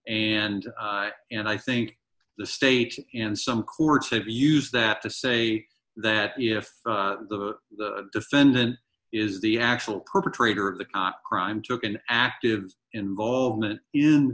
and and i think the state and some courts have used that to say that if the defendant is the actual perpetrator of the crime took an active involvement